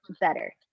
better